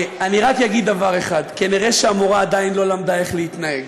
אני רק אגיד רק דבר אחד: כנראה המורה עדיין לא למדה איך להתנהג.